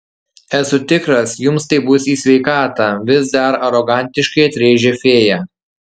esu tikras jums tai bus į sveikatą vis dar arogantiškai atrėžė fėja